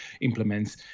implements